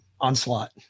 onslaught